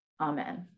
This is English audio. amen